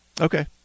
Okay